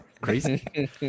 crazy